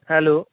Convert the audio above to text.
hello